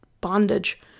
bondage